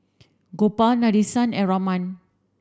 Gopal Nadesan and Raman